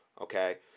Okay